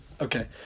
Okay